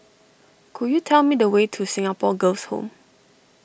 could you tell me the way to Singapore Girls' Home